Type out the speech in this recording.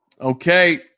okay